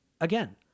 again